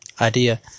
idea